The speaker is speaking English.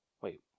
Wait